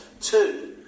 two